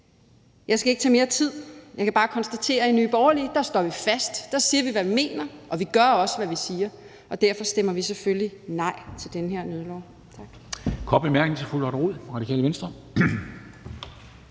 Jeg skal ikke tage mere tid, men jeg kan bare konstatere, at i Nye Borgerlige står vi fast; der siger vi, hvad vi mener, og vi gør også, hvad vi siger, og derfor stemmer vi selvfølgelig nej til den her nødlov.